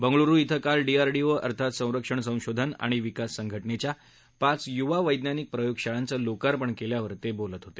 बंगळूरु धिं काल डीआरडीओ अर्थात संरक्षण संशोधन आणि विकास संघटनेच्या पाच युवा वैज्ञानिक प्रयोगशाळांचं लोकार्पण केल्यावर ते बोलत होते